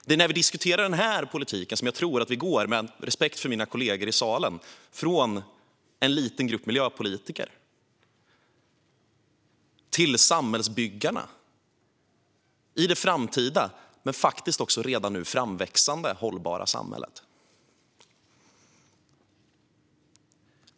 Det är när vi diskuterar denna politik som jag tror att vi går, med respekt för mina kollegor i salen, från en liten grupp miljöpolitiker till samhällsbyggarna i det framtida men faktiskt också redan nu framväxande hållbara samhället.